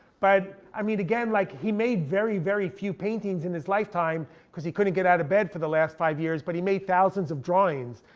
but i mean again, like he made very very few paintings in his lifetime because he couldn't get out of bed for the last five years, but he made thousands of drawings.